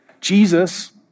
Jesus